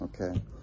okay